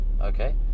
Okay